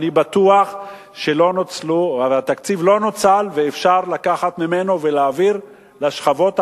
אני בטוח שהתקציב לא נוצל ואפשר לקחת ממנו ולהעביר לשכבות החלשות.